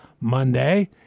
Monday